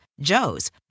Joe's